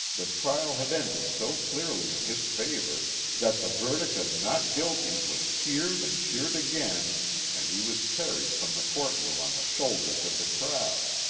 the trial had ended so clearly in his favor that the ver dict of not guilty was cheered and cheered again and he was carried from the court room on the shoulders of the crowd